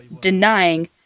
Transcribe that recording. denying